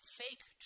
fake